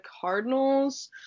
Cardinals